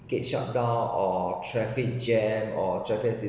gate shutdown or traffic jam or traffic